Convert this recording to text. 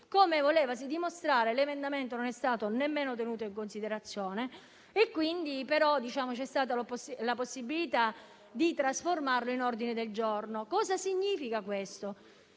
Come volevasi dimostrare, l'emendamento non è stato nemmeno tenuto inconsiderazione, ma vi è stata la possibilità di trasformarlo in ordine del giorno. Non deve